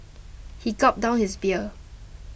he gulped down his beer